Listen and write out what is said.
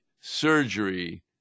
surgery